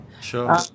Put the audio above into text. Sure